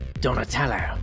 Donatello